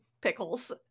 pickles